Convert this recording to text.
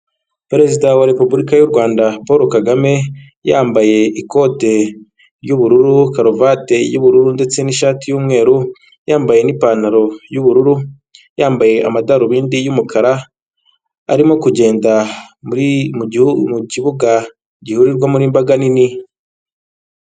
Perezida wa repubulika y'u Rwanda Paul Kagame yambaye ikote ry'ubururu, karuvati y'ubururu ndetse n'ishati y'umweru, yambaye n'ipantaro y'ubururu yambaye amadarubindi y'umukara arimo kugenda mu kibuga gihurirwamo imbambaga nini.